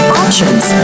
options